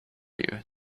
you